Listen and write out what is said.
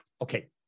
Okay